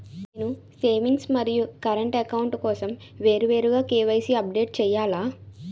నేను సేవింగ్స్ మరియు current account కోసం వేరువేరుగా కే.వై.సీ అప్డేట్ చేయాలా?